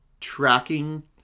tracking